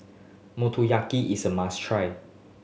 motoyaki is a must try